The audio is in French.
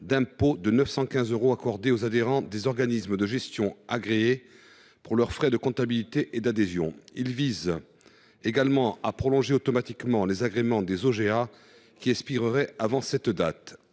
d’impôt de 915 euros accordée aux adhérents des organismes de gestion agréés (OGA) pour leurs frais de comptabilité et d’adhésion. Il tend également à prolonger automatiquement les agréments des OGA qui expireraient avant cette date.